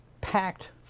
packed